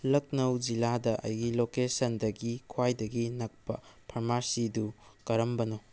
ꯂꯈꯅꯧ ꯖꯤꯂꯥꯗ ꯑꯩꯒꯤ ꯂꯣꯀꯦꯁꯟꯗꯒꯤ ꯈ꯭ꯋꯥꯏꯗꯒꯤ ꯅꯛꯄ ꯐꯥꯔꯃꯥꯁꯤꯗꯨ ꯀꯔꯝꯕꯅꯣ